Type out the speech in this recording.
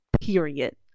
period